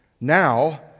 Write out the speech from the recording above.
Now